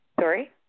Sorry